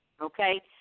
okay